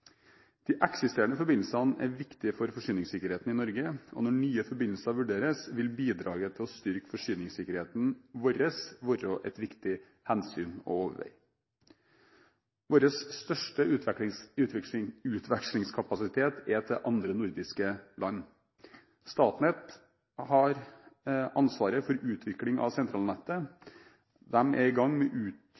De eksisterende forbindelsene er viktige for forsyningssikkerheten i Norge, og når nye forbindelser vurderes, vil bidraget til å styrke forsyningssikkerheten vår være et viktig hensyn å overveie. Vår største utvekslingskapasitet er til andre nordiske land. Statnett har ansvaret for utviklingen av sentralnettet. De er i gang med